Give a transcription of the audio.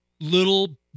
little